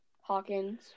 Hawkins